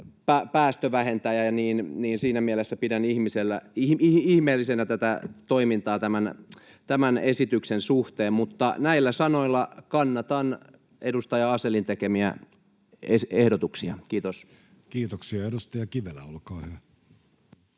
päästövähentäjä. Siinä mielessä pidän ihmeellisenä tätä toimintaa tämän esityksen suhteen. Näillä sanoilla kannatan edustaja Asellin tekemiä ehdotuksia. — Kiitos. [Speech 197] Speaker: